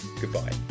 goodbye